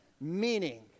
meaning